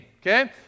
Okay